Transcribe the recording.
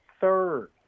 third